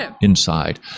inside